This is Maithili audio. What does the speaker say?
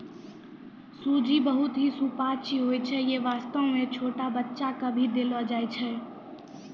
सूजी बहुत हीं सुपाच्य होय छै यै वास्तॅ छोटो बच्चा क भी देलो जाय छै